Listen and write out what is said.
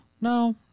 No